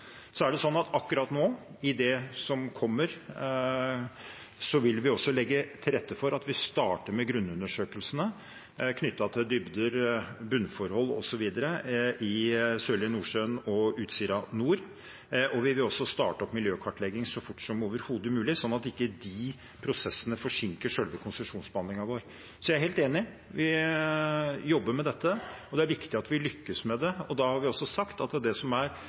Akkurat nå, i det som kommer, vil vi legge til rette for at vi starter med grunnundersøkelsene knyttet til dybder, bunnforhold osv. i Sørlige Nordsjø og Utsira Nord, og vi vil også starte opp miljøkartlegging så fort som overhodet mulig, slik at ikke de prosessene forsinker selve konsesjonsbehandlingen vår. Så jeg er helt enig. Vi jobber med dette, og det er viktig at vi lykkes med det. Vi har også sagt at de normale prosedyrene knyttet til konsesjonsbehandling forlater vi ikke, for det er